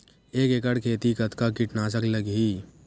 एक एकड़ खेती कतका किट नाशक लगही?